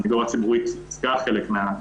הסנגוריה הציבורית ייצגה חלק מהן.